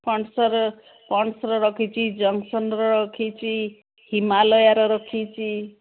ପଣ୍ଡ୍ସର ପଣ୍ଡ୍ସର ରଖିଛି ଜନ୍ସନ୍ର ରଖିଛି ହିମାଲୟାର ରଖିଛି